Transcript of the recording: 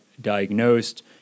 diagnosed